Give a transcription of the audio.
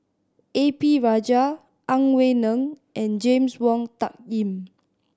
A P Rajah Ang Wei Neng and James Wong Tuck Yim